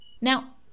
Now